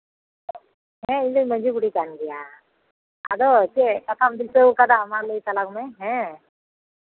ᱦᱮᱸ ᱤᱧᱫᱚ ᱢᱟᱹᱡᱷᱤ ᱵᱩᱰᱷᱤ ᱠᱟᱱ ᱜᱮᱭᱟ ᱟᱫᱚ ᱪᱮᱫ ᱠᱟᱛᱷᱟᱢ ᱫᱤᱥᱟᱹᱣ ᱠᱟᱫᱟ ᱢᱟ ᱞᱟᱹᱭ ᱛᱟᱞᱟᱝ ᱢᱮ ᱦᱮᱸ